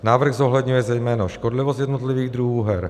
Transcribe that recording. Návrh zohledňuje zejména škodlivost jednotlivých druhů her.